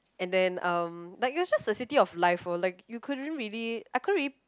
and then um like it was just a city of life loh like you couldn't really I couldn't really